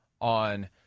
on